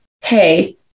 hey